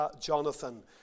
Jonathan